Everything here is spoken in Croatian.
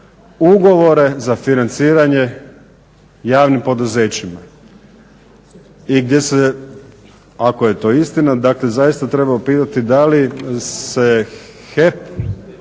ugovore za financiranje javnim poduzećima